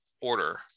order